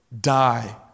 die